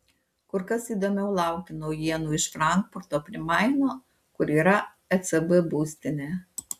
kur kas įdomiau laukti naujienų iš frankfurto prie maino kur yra ecb būstinė